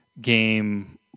game